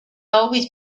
always